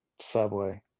Subway